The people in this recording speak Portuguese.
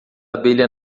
abelha